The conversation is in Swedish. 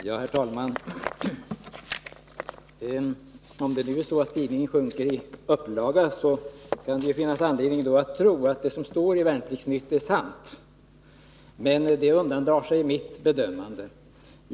Herr talman! Orsaken till att tidningens upplaga sjunker undandrar sig mitt bedömande.